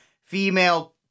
female